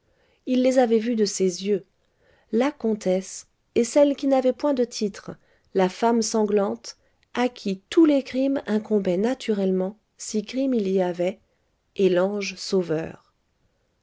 il les avait vues de ses yeux la comtesse et celle qui n'avait point de titre la femme sanglante à qui tous les crimes incombaient naturellement si crime il y avait et l'ange sauveur